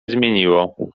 zmieniło